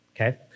Okay